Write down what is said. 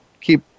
keep